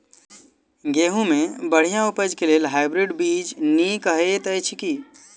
गेंहूँ केँ बढ़िया उपज केँ लेल हाइब्रिड बीज नीक हएत अछि की?